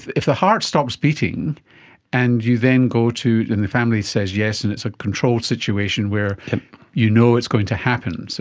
if the heart stops beating and you then go to, and the family says yes and it's a controlled situation where you know it's going to happen, so